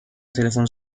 تلفنی